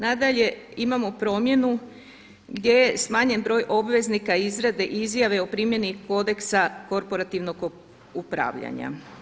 Nadalje imamo promjenu gdje je smanjen broj obveznika izrade izjave o primjeni kodeksa korporativnog upravljanja.